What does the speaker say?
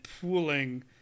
pooling